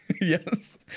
yes